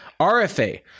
RFA